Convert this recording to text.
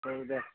औ दे